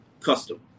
Custom